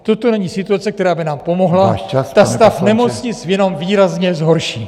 Toto není situace, která by nám pomohla, ta stav nemocnic jenom výrazně zhorší!